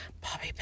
bobby